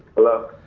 hello?